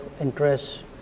interests